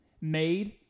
made